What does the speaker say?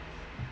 yup